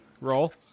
roll